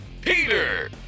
Peter